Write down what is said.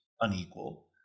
unequal